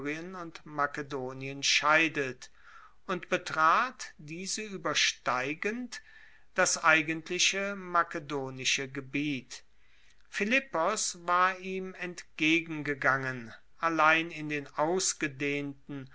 makedonien scheidet und betrat diese uebersteigend das eigentliche makedonische gebiet philippos war ihm entgegengegangen allein in den ausgedehnten